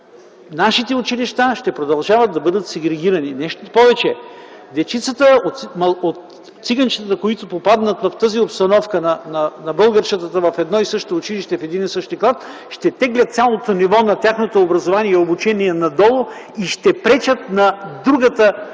Нашите училища ще продължават да бъдат сегрегирани. Нещо повече – дечицата, циганчетата, които попаднат в тази обстановка на българчетата в едно и също училище, в един и същи клас, ще теглят цялото ниво на тяхното образование и обучение надолу и ще пречат на другата страна,